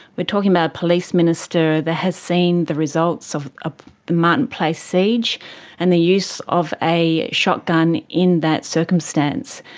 we're talking about a police minister that has seen the results of ah the martin place siege and the use of a shotgun in that circumstance,